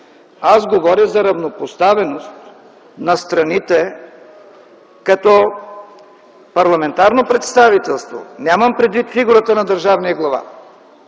Аз говоря за равнопоставеност на страните като парламентарно представителство, нямам предвид фигурата на държавния глава.